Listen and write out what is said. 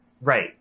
Right